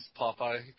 Popeye